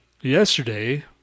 Yesterday